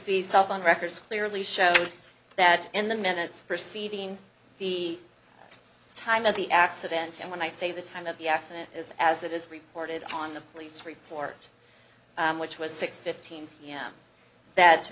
the cell phone records clearly show that in the minutes perceiving the time of the accidental when i say the time of the accident is as it is reported on the police report which was six fifteen pm that